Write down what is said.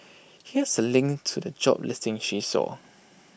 here's A link to the job listing she saw